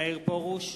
מאיר פרוש,